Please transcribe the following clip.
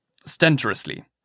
stentorously